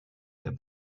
der